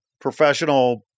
professional